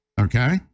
okay